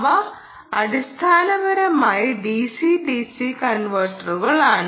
അവ അടിസ്ഥാനപരമായി DC DC കൺവെർട്ടറുകളാണ്